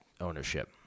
ownership